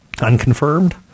unconfirmed